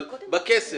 אבל בכסף,